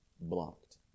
blocked